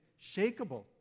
shakable